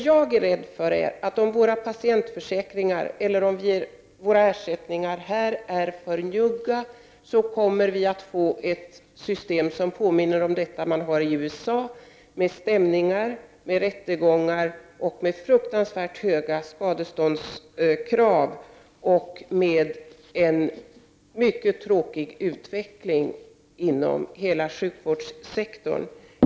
Jag är rädd för att om våra ersättningar är för njugga kommer vi att få ett system som påminner om det som finns i USA med stämningar, rättegångar och fruktansvärt höga skadeståndskrav och med en tråkig utveckling av sjukvårdssektorn.